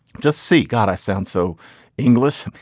just seek out a sound. so english,